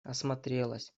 осмотрелась